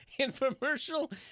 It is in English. infomercial